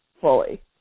fully